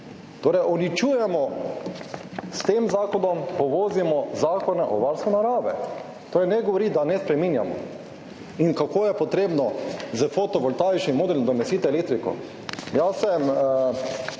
torej uničujemo, s tem zakonom povozimo zakone o varstvu narave, torej ne govoriti, da ne spreminjamo. Tudi to, kako je treba s fotovoltaični modeli nadomestiti elektriko. Jaz sem